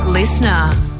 Listener